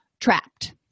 trapped